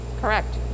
correct